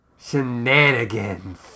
Shenanigans